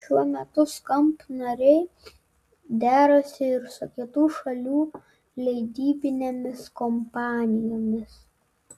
šiuo metu skamp nariai derasi ir su kitų šalių leidybinėmis kompanijomis